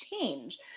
change